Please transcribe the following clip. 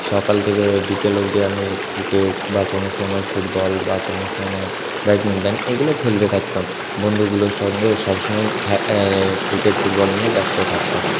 সকাল থেকে বিকেল অবধি আমি ক্রিকেট বা কোনো সময় ফুটবল বা কোনো সময় ব্যাডমিন্টন এগুলো খেলতে থাকতাম বন্ধুগুলোর সঙ্গে সবসময়ই ক্রিকেট ফুটবল নিয়ে ব্যস্ত থাকতাম